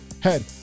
head